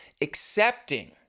accepting